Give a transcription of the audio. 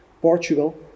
Portugal